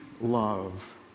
love